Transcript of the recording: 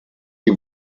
die